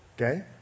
Okay